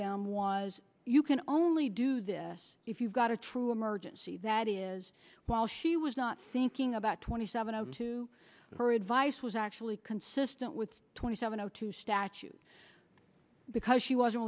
them was you can only do this if you've got a true emergency that is while she was not thinking about twenty seven o two her advice was actually consistent with twenty seven o two statute because she was